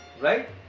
Right